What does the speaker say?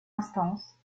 instance